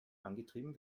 angetrieben